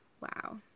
Wow